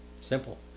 Simple